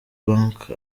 bank